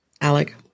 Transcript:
Alec